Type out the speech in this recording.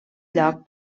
lloc